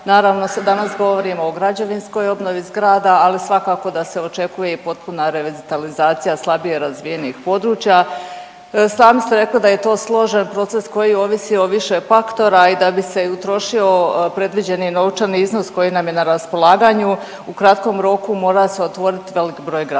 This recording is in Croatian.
Naravno se danas govorimo o građevinskoj obnovi zgrada, ali svakako da se očekuje i potpuna revitalizacija slabije razvijenih područja. Sami ste rekli da je to složen proces koji ovisi o više faktora i da bi se i utrošio predviđeni novčani iznos koji nam je na raspolaganju, u kratkom roku mora se otvoriti velik broj gradilišta.